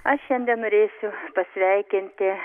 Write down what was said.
aš šiandien norėsiu pasveikinti